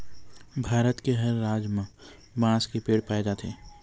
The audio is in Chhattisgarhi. भारत के हर राज म बांस के पेड़ पाए जाथे